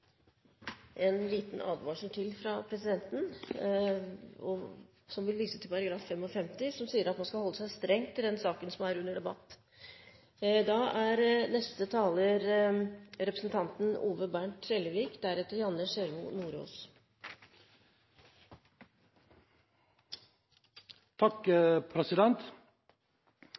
En liten advarsel til fra presidenten, som vil vise til forretningsordenen § 55 som sier at man skal holde seg strengt til den saken som er under debatt. Som tidligere leder i Regionrådet Vest, der kommunene Sund, Øygarden, Fjell og Askøy inngår, er